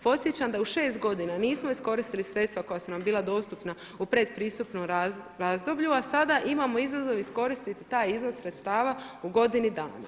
Podsjećam da u 6 godina nismo iskoristili sredstva koja su nam bila dostupna u predpristupnom razdoblju, a sada imamo izazov iskoristiti taj iznos sredstava u godini dana.